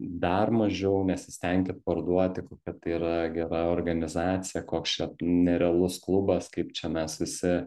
dar mažiau nesistenkit parduoti kokia tai yra gera organizacija koks čia nerealus klubas kaip čia mes visi